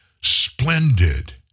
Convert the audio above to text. splendid